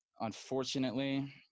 Unfortunately